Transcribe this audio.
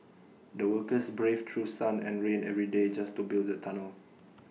the workers braved through sun and rain every day just to build the tunnel